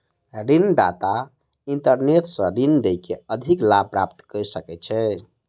ऋण दाता इंटरनेट सॅ ऋण दय के अधिक लाभ प्राप्त कय सकै छै